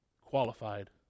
qualified